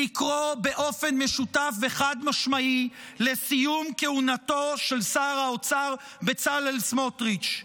לקרוא באופן משותף וחד-משמעי לסיום כהונתו של שר האוצר בצלאל סמוטריץ'.